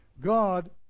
God